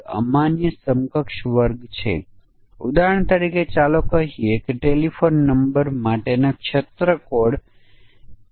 અમાન્ય ઇનપુટ ડિપોઝિટનો નકારાત્મક સમયગાળો હોઈ શકે છે તે અપૂર્ણાંક મૂલ્ય વગેરે હોઈ શકે છે